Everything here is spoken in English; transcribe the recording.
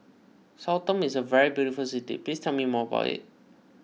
Sao Tome is a very beautiful city please tell me more about it